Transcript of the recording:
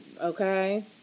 Okay